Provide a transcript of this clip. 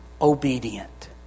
obedient